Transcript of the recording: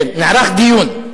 כן, נערך דיון.